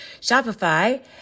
Shopify